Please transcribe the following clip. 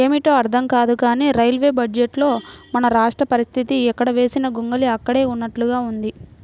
ఏమిటో అర్థం కాదు కానీ రైల్వే బడ్జెట్లో మన రాష్ట్ర పరిస్తితి ఎక్కడ వేసిన గొంగళి అక్కడే ఉన్నట్లుగా ఉంది